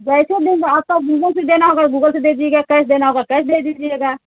जैसे देना हो आपको गूगल से देना होगा गूगल से दे दीजिएगा कैश देना होगा कैश दे दीजिएगा